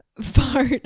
fart